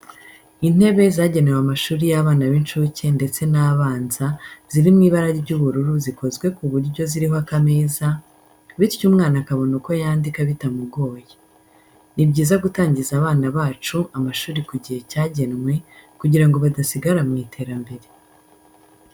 Intebe zagenewe amashuri y'abana b'incuke ndetse n'abanza ziri mu ibara ry'ubururu zikoze ku buryo ziriho akameza, bityo umwana akabona uko yandika bitamugoye. Ni byiza gutangiza abana bacu amashuri ku gihe cyagenwe, kugira ngo badasigara mu iterambere.